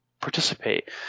participate